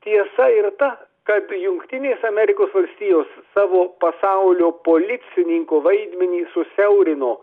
tiesa ir ta kad jungtinės amerikos valstijos savo pasaulio policininko vaidmenį susiaurino